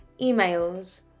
emails